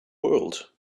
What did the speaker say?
world